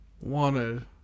wanted